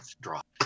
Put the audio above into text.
drop